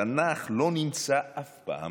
בתנ"ך לא נמצא אף פעם